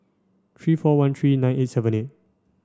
three four one three nine eight seven eight